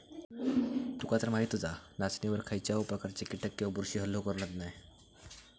तुकातर माहीतच हा, नाचणीवर खायच्याव प्रकारचे कीटक किंवा बुरशी हल्लो करत नाय